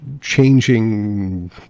changing